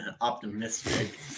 optimistic